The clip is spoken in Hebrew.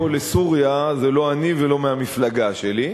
בינתיים האחרון שברח מפה לסוריה זה לא אני ולא מהמפלגה שלי.